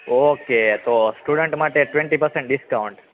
okay student માટે twenty percent discount